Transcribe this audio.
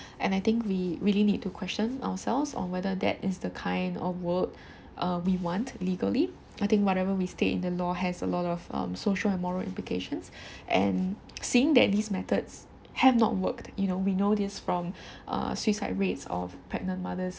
and I think we really need to question ourselves on whether that is the kind of world uh we want legally I think whatever we state in the law has a lot um of social and moral implications and seeing that these methods have not worked you know we know this from uh suicide rates of pregnant mothers